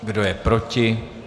Kdo je proti?